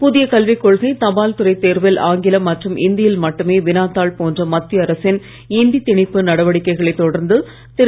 புதிய கல்வி கொள்கை தபால்துறை தேர்வில் ஆங்கிலம் மற்றும் இந்தியில் மட்டுமே வினாத்தாள் போன்ற மத்திய அரசின் இந்தி திணிப்பு நடவடிக்கைகளை தொடர்ந்து திரு